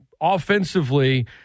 Offensively